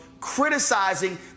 criticizing